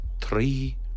three